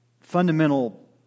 fundamental